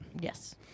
Yes